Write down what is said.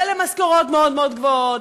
ולמשכורות מאוד מאוד גבוהות,